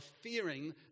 fearing